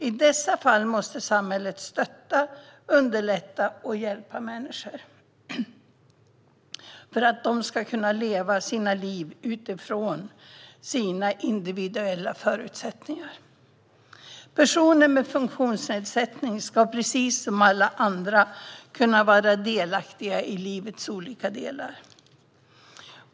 I dessa fall måste samhället stötta, underlätta för och hjälpa människor för att de ska kunna leva sitt liv utifrån sina individuella förutsättningar. Personer med funktionsnedsättning ska precis som alla andra kunna vara delaktiga i livets olika delar.